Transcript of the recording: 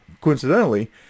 coincidentally